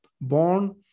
born